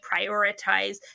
prioritize